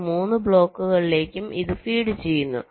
ഈ 3 ബ്ലോക്കുകളിലേക്കും ഇത് ഫീഡ് ചെയ്യുന്നു